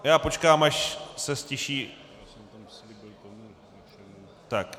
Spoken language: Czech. Já počkám, až se ztišíte...